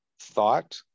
thought